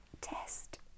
test